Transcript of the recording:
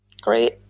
great